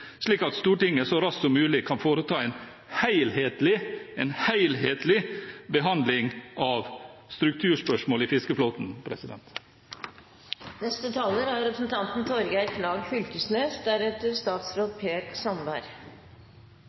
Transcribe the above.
slik at Stortinget så raskt som mulig kan foreta en helhetlig – helhetlig – behandling av strukturspørsmål i fiskeflåten. Eg må først seie at eg er heilt einig med representanten